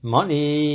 Money